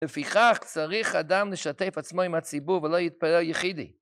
לפיכך צריך אדם לשתף עצמו עם הציבור ולא יתפרע יחידי.